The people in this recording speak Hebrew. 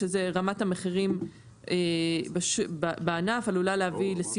שזה רמת המחירים בענף עלולה להביא לסיום